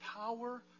power